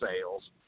sales